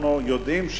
אנחנו יודעים,